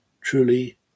truly